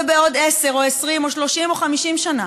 ובעוד 10 או 20 או 30 או 50 שנה